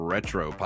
Retro